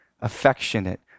affectionate